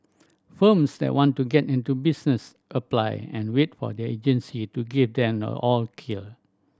firms that want to get into business apply and wait for the agency to give them the all clear